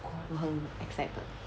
我很 excited